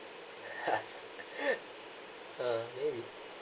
uh maybe